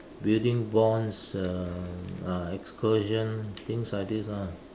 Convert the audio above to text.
building bonds uh ah excursion things like this ah